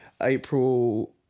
April